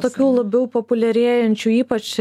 tokių labiau populiarėjančių ypač